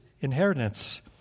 inheritance